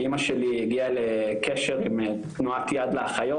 כי אמא שלי הגיעה לקשר עם תנועת יד לאחיות,